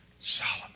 Solomon